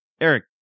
Eric